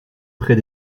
près